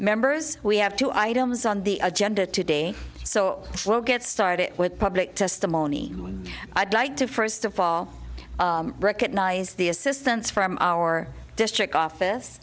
members we have two items on the agenda today so we'll get started with public testimony i'd like to first of all recognize the assistance from our district office